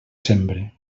sembre